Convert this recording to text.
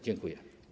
Dziękuję.